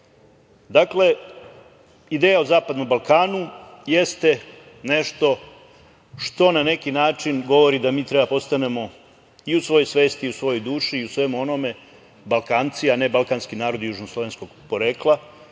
obriše. Dakle, ideja i zapadnom Balkanu jeste nešto što na neki način govori da mi treba da postanemo i u svojoj svesti i u svojoj duši i u svemu onome Balkanci, a ne balkanski narodi južnoslovenskog porekla,